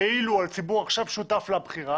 כאילו שהציבור עכשיו שותף לבחירה